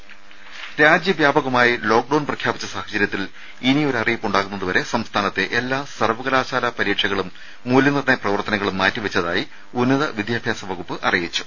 ടെട്ട രാജ്യവ്യാപകമായി ലോക്ഡൌൺ പ്രഖ്യാപിച്ച സാഹചര്യത്തിൽ ഇനി ഒരു അറിയിപ്പുണ്ടാകുന്നതുവരെ സംസ്ഥാനത്തെ എല്ലാ സർവകലാശാലാ പരീക്ഷകളും മൂല്യനിർണയ പ്രവർത്തനങ്ങളും മാറ്റിവെച്ചതായി ഉന്നതവിദ്യാഭ്യാസ വകുപ്പ് അറിയിച്ചു